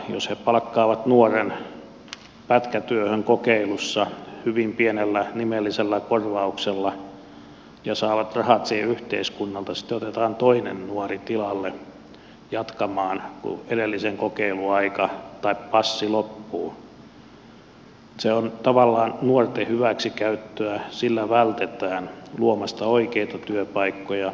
jos he palkkaavat nuoren pätkätyöhön kokeilussa hyvin pienellä nimellisellä korvauksella ja saavat rahat siihen yhteiskunnalta ja sitten otetaan toinen nuori tilalle jatkamaan kun edellisen kokeiluaika tai passi loppuu niin se on tavallaan nuorten hyväksikäyttöä sillä vältetään luomasta oikeita työpaikkoja